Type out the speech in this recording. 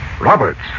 Roberts